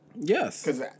Yes